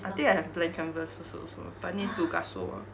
I think I have blank canvas also so but need to gesso ah